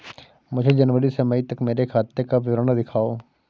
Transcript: मुझे जनवरी से मई तक मेरे खाते का विवरण दिखाओ?